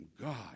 God